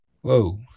Whoa